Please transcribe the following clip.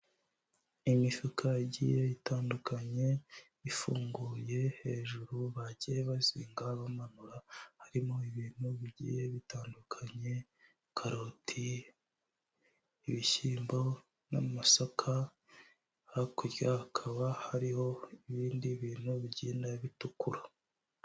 Imifuka igiye itandukanye, ifunguye hejuru bagiye bazinga bamanura, harimo ibintu bigiye bitandukanye, karoti, ibishyimbo n'amasaka, hakurya hakaba hariho ibindi bintu bigenda bitukura.